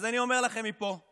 אז אני אומר לכם מפה,